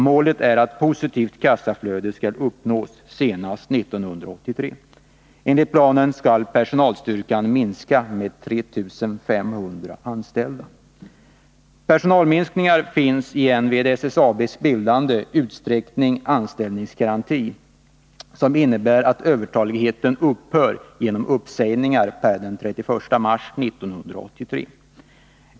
Målet är att positivt kassaflöde skall uppnås senast 1983. Enligt planen skall personalstyrkan minska med 3 500 anställda. Personalminskningar finns med i en vid SSAB:s bildande utställd anställningsgaranti, som innebär att övertaligheten upphör genom uppsägningar per den 31 mars 1983.